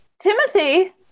Timothy